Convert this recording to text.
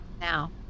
now